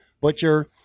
Butcher